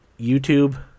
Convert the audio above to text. youtube